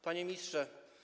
Panie Ministrze!